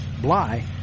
Bly